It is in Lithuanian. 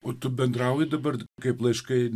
o tu bendrauji dabar kaip laiškai